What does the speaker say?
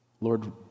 Lord